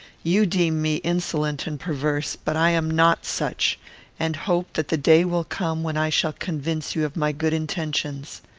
you deem me insolent and perverse, but i am not such and hope that the day will come when i shall convince you of my good intentions.